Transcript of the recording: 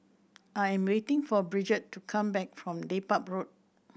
I am waiting for Brigette to come back from Dedap Road